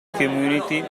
community